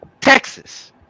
Texas